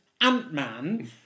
Ant-Man